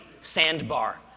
sandbar